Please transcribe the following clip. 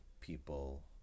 people